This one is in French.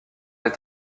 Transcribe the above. les